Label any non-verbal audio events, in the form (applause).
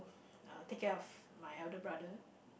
(breath) take care of my elder brother